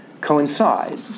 coincide